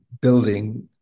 building